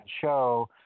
show